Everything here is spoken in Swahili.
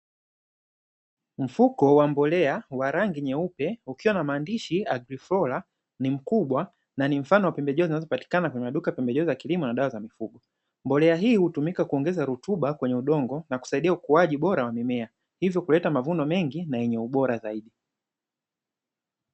Mfuko wa mbolea wa rangi nyeupe ukiwa na maandishi "AgriFlora", ni mkubwa na ni mfano wa pembejeo zinazopatikana kwenye maduka ya pembejeo za kilimo na dawa za mifugo. Mbolea hii hutumika kuongeza rutuba kwenye udongo na kusaidia ukuaji bora wa mimea, hivyo kuleta mavuno mengi na yenye ubora zaidi.